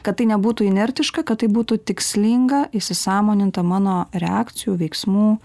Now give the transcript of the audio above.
kad tai nebūtų inertiška kad tai būtų tikslinga įsisąmoninta mano reakcijų veiksmų